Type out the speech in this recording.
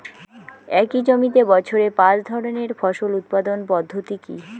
একই জমিতে বছরে পাঁচ ধরনের ফসল উৎপাদন পদ্ধতি কী?